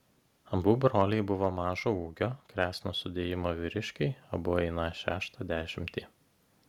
abu broliai buvo mažo ūgio kresno sudėjimo vyriškiai abu einą šeštą dešimtį